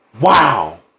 wow